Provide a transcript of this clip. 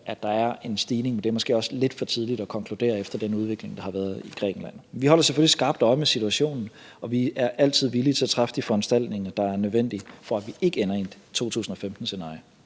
at der er en stigning – men det er måske også lidt for tidligt at konkludere efter den udvikling, der har været i Grækenland. Vi holder selvfølgelig skarpt øje med situationen, og vi er altid villige til at træffe de foranstaltninger, der er nødvendige, for at vi ikke ender i et 2015-scenarie.